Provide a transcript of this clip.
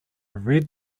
red